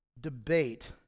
debate